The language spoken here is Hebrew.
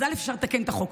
אז אפשר לתקן את החוק.